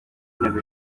nteko